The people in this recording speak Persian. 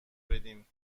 بدیم